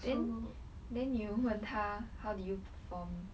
then then you 问他 how did you perform